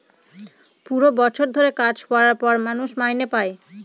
পুরো বছর ধরে কাজ করার পর মানুষ মাইনে পাই